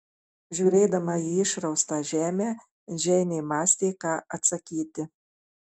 žiūrėdama į išraustą žemę džeinė mąstė ką atsakyti